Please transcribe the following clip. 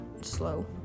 slow